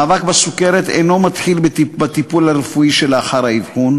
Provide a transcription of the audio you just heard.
המאבק בסוכרת אינו מתחיל בטיפול הרפואי שלאחר האבחון